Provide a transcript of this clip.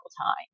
time